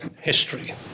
history